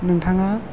नोंथाङा